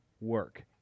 work